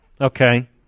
Okay